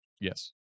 Yes